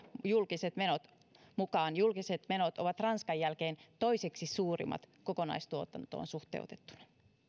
mukaan julkiset menot ovat ranskan jälkeen toiseksi suurimmat kokonaistuotantoon suhteutettuna